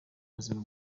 buzima